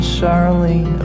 Charlene